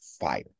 fire